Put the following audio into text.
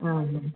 ആ